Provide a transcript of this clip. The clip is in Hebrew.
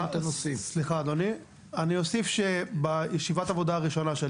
סליחה אדוני אני אוסיף שבישיבת עבודה הראשונה שלי